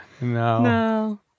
No